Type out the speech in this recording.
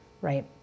right